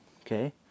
Okay